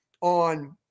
on